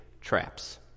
traps